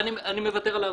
אני מוותר על ההרצאה.